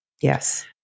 Yes